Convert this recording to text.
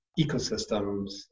ecosystems